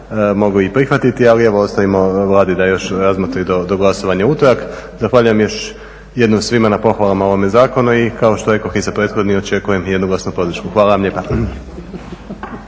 mogli i prihvatiti, ali evo ostavimo Vladi da još razmotri do glasovanja u utorak. Zahvaljujem još jednom svima na pohvalama ovom zakonu i kao što rekoh i za prethodni očekujem jednoglasnu podršku. Hvala vam lijepa.